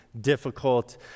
difficult